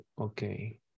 Okay